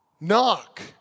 Knock